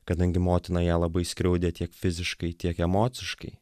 kadangi motina ją labai skriaudė tiek fiziškai tiek emociškai